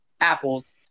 Apples